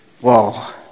Wow